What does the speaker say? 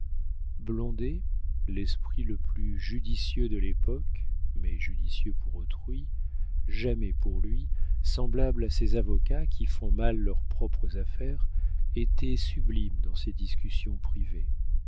blondet l'esprit le plus judicieux de l'époque mais judicieux pour autrui jamais pour lui semblable à ces avocats qui font mal leurs propres affaires était sublime dans ces discussions privées